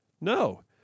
no